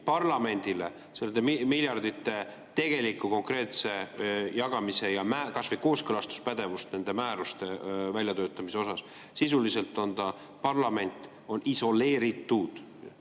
parlamendile nende miljardite tegelikul konkreetse jagamisel ja kas või kooskõlastuspädevust nende määruste väljatöötamisel. Sisuliselt on parlament isoleeritud